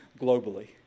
globally